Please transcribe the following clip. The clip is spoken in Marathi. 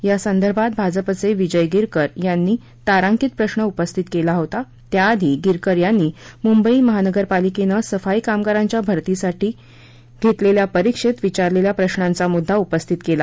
यासंदर्भात भाजपचे विजय गिरकर यांनी तारांकित प्रश्न उपस्थित केला होता त्याआधी गिरकर यांनी मुंबई महानगरपालिकेनं सफाई कामगारांच्या भर्तीसाठी घेलेल्या परीक्षेत विचारलेल्या प्रश्नांचा मुद्दा उपस्थित केला